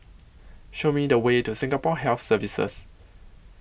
Show Me The Way to Singapore Health Services